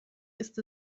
ist